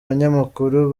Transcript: banyamakuru